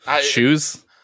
shoes